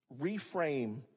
reframe